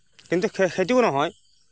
কিন্তু সেইটোও নহয়